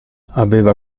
aveva